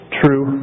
true